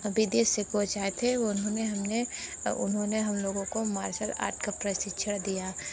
विदेश से कोच आए थे उन्होंने हमें उन्होंने हम लोगों को मार्शल आर्ट का प्रशिक्षण दिया